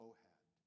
Ohad